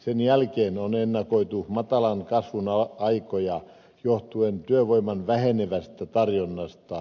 sen jälkeen on ennakoitu matalan kasvun aikoja johtuen työvoiman vähenevästä tarjonnasta